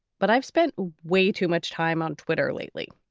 but i've spent way too much time on twitter lately,